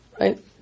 right